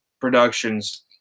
productions –